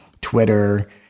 Twitter